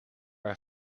haar